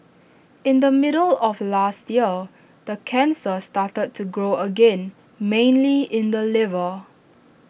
in the middle of last year the cancer started to grow again mainly in the liver